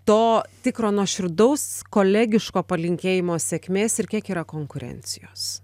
to tikro nuoširdaus kolegiško palinkėjimo sėkmės ir kiek yra konkurencijos